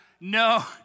no